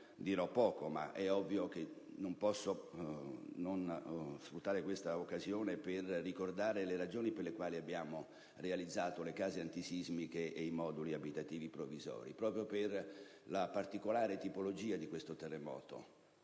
dirò poco, ma è ovvio che non posso non sfruttare questa occasione per ricordare le ragioni per cui abbiamo realizzato le case antisismiche e i moduli abitativi provvisori: lo abbiamo fatto proprio per la particolare tipologia di questo terremoto,